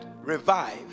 revive